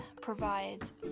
provides